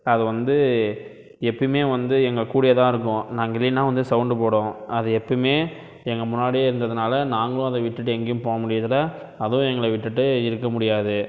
அது வந்து எப்பையுமே வந்து எங்கள் கூடையே தான் இருக்கும் நாங்கள் இல்லைனா வந்து சவுண்டு போடும் அது எப்பையுமே எங்கள் முன்னாடியே இருந்ததினால நாங்களும் அதை விட்டுட்டு எங்கேயும் போ முடியறதில்ல அதுவும் எங்களை விட்டுட்டு இருக்க முடியாது